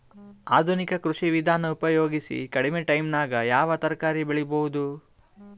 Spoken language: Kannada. ಆಧುನಿಕ ಕೃಷಿ ವಿಧಾನ ಉಪಯೋಗಿಸಿ ಕಡಿಮ ಟೈಮನಾಗ ಯಾವ ತರಕಾರಿ ಬೆಳಿಬಹುದು?